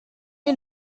you